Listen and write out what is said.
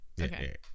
okay